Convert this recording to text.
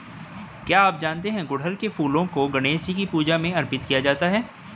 क्या आप जानते है गुड़हल के फूलों को गणेशजी की पूजा में अर्पित किया जाता है?